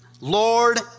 Lord